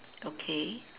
okay